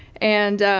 and